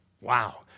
Wow